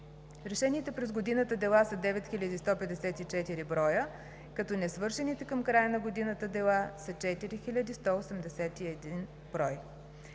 Решените през годината дела са 9154 броя, като несвършените към края на годината дела са 4181 броя.